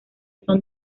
son